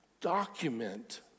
document